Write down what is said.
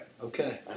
Okay